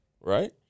Right